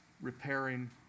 repairing